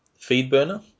Feedburner